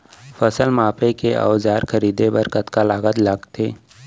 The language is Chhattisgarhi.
फसल मापके के औज़ार खरीदे बर कतका लागत लगथे?